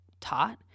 taught